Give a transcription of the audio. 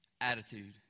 attitude